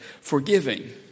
forgiving